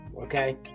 okay